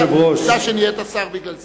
עובדה שנהיית שר בגלל זה.